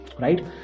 Right